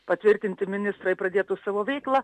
patvirtinti ministrai pradėtų savo veiklą